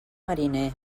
mariner